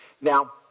Now